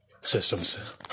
systems